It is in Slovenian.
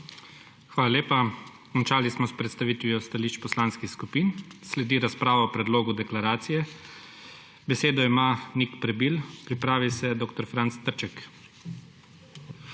Hvala lepa. Končali smo s predstavitvijo stališč poslanskih skupin. Sledi razprava o predlogu deklaracije. Besedo ima Nik Prebil, pripravi se dr. Franc Trček.